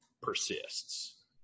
persists